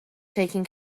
taken